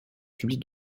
publie